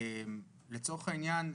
לצורך העניין,